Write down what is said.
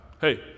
Hey